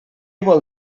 vol